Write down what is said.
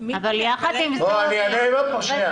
לכן יש פה גרף של הרפורמה להשלמה במשך שנה,